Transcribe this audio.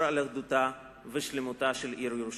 על אחדותה ועל שלמותה של העיר ירושלים.